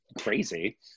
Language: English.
crazy